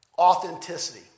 Authenticity